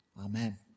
Amen